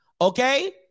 okay